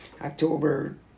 october